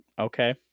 okay